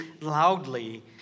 loudly